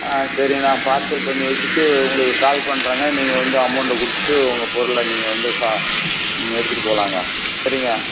ஆ சரி நான் பார்சல் பண்ணி வைச்சுட்டு உங்களுக்கு கால் பண்ணுறேங்க நீங்கள் வந்து அமௌண்டை கொடுத்துட்டு உங்கள் பொருளை நீங்கள் வந்து சா எடுத்துகிட்டு போகலாங்க சரிங்க